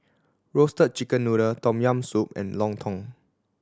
Roasted Chicken Noodle Tom Yam Soup and lontong